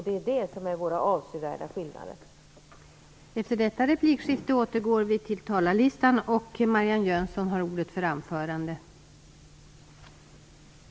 Det är det som är den avsevärda skillnaden mellan oss.